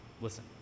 Listen